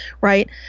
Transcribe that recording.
right